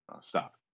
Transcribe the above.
Stop